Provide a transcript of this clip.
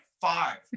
five